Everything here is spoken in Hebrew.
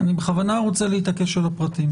רוצה להתעקש על הפרטים